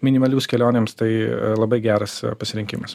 minimalius kelionėms tai labai geras pasirinkimas